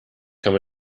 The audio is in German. kann